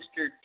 Mr